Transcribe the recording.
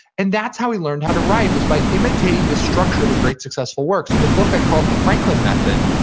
and that's how he learned how to write, it was by imitating this structure of a great successful work so in the book i call it the franklin method,